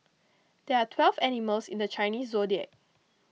there are twelve animals in the Chinese zodiac